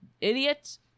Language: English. idiots